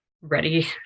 ready